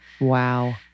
Wow